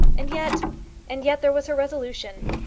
and yet and yet, there was her resolution!